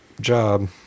job